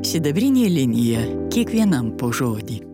sidabrinė linija kiekvienam po žodį